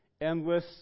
endless